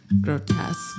grotesque